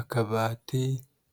Akabati